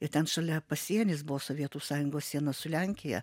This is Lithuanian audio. ir ten šalia pasienis buvo sovietų sąjungos siena su lenkija